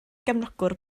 gefnogwr